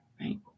right